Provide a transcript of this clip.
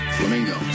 Flamingo